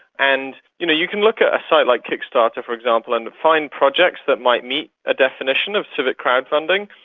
and you know you can look at a site like kickstarter, for example, and find projects that might meet a definition of civic crowd-funding,